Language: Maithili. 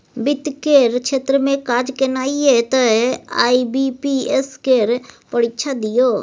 वित्त केर क्षेत्र मे काज केनाइ यै तए आई.बी.पी.एस केर परीक्षा दियौ